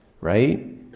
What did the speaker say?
right